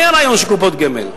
מה היה הרעיון של קופות גמל?